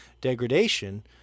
degradation